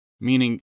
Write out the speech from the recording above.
meaning